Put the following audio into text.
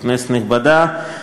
כנסת נכבדה,